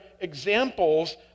examples